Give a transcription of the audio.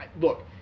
look